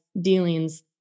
dealings